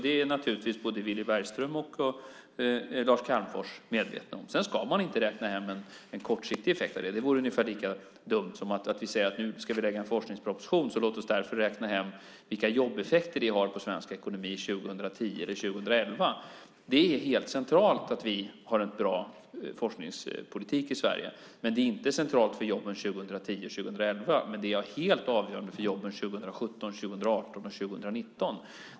Det är naturligtvis både Villy Bergström och Lars Calmfors medvetna om. Man ska inte räkna hem en kortsiktig effekt av det. Det vore ungefär lika dumt som att säga att nu ska vi lägga fram en forskningsproposition så låt oss därför räkna hem vilka jobbeffekter det har på svensk ekonomi 2010 eller 2011. Det är helt centralt att vi har en bra forskningspolitik i Sverige. Det är inte centralt för jobben 2010 och 2011, men det är helt avgörande för jobben 2017, 2018 och 2019.